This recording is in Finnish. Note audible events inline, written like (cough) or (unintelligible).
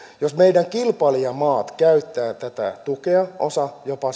jos meidän kilpailijamaat käyttävät tätä tukea osa jopa (unintelligible)